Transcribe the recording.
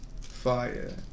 fire